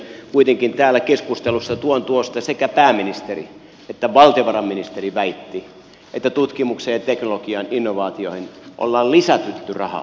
kuitenkin täällä keskustelussa tuon tuosta sekä pääministeri että valtiovarainministeri väittivät että tutkimuksen ja teknologian innovaatioihin on lisätty rahaa